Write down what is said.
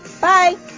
Bye